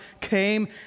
came